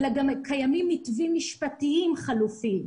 גם קיימים מתווים משפטיים חלופיים.